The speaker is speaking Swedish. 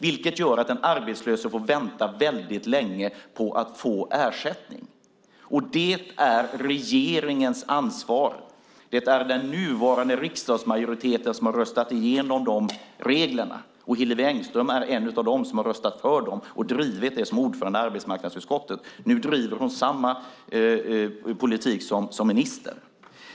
Det gör att den arbetslöse får vänta väldigt länge på att få ersättning. Och det är regeringens ansvar. Det är den nuvarande riksdagsmajoriteten som har röstat igenom de reglerna, och Hillevi Engström är en av dem som har röstat för dem och drivit det som ordförande i arbetsmarknadsutskottet. Nu driver hon samma politik som minister.